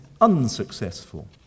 unsuccessful